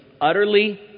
utterly